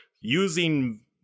using